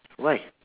why